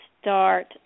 start